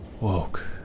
Woke